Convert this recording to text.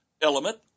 element